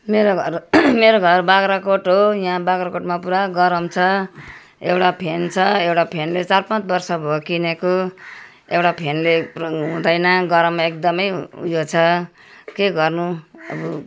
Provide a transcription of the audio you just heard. मेरो घर मेरो घर बाख्राकोट हो यहाँ बाख्राकोटमा पुरा गरम छ एउटा फ्यान छ एउटा फ्यानले चार पाँच वर्ष भयो किनेको एउटा फ्यानले पुरन हुँदैन गरममा एकदमै उयो छ के गर्नु अब